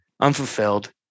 unfulfilled